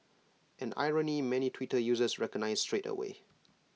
an irony many Twitter users recognised straight away